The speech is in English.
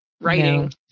writing